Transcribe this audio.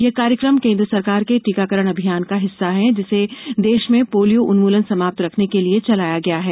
यह कार्यक्रम केंद्र सरकार के टीकाकरण अभियान का हिस्सा है जिसे देश में पोलियो उन्मूलन समाप्त रखने के लिए चलाया गया है